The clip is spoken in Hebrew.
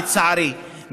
לצערי,